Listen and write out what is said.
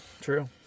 true